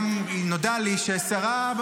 מה הייתה השאלה?